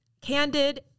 candid